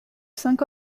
cinq